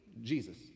Jesus